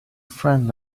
friend